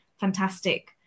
fantastic